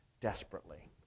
desperately